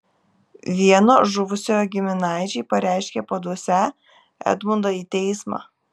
vieno žuvusiojo giminaičiai pareiškė paduosią edmundą į teismą